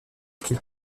qu’il